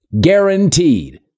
guaranteed